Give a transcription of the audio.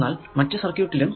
എന്നാൽ മറ്റു സർക്യൂട് ലും